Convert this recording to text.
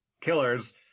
killers